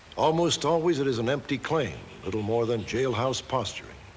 almost always, it is an empty claim. a little more than jailhouse posturing.